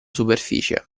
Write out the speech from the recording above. superficie